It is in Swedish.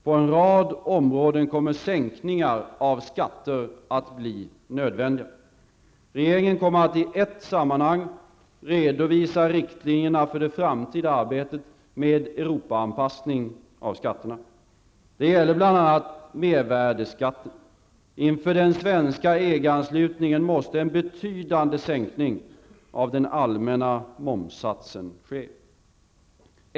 På en rad områden kommer sänkningar av skatter att bli nödvändiga. Regeringen kommer att i ett sammanhang redovisa riktlinjer för det framtida arbetet med Det gäller bl.a. mervärdeskatten. Inför den svenska EG-anslutningen måste en betydande sänkning av den allmänna momssatsen ske.